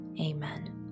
Amen